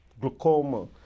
glaucoma